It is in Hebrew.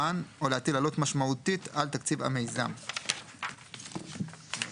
אז אף אחד לא ממש ירשום את זה --- זה לא